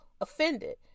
offended